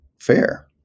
fair